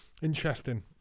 Interesting